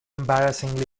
embarrassingly